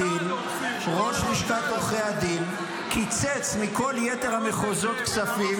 ראש לשכת עורכי הדין קיצץ מכל יתר המחוזות כספים